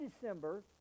December